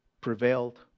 prevailed